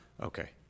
Okay